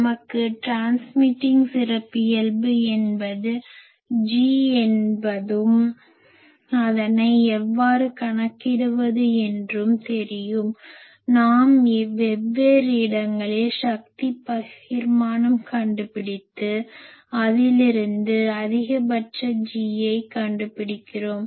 நமக்கு ட்ரான்ஸ்மிட்டிங் சிறப்பியல்பு என்பது G என்பதும் அதனை எவ்வாறு கண்க்கிடுவது என்றும் தெரியும் நாம் வெவ்வேறு இடங்களில் சக்தி பகிர்மானம் கண்டு பிடித்து அதிலிருந்து அதிகபட்ச Gயை கண்டுபிடிக்கிறோம்